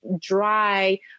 dry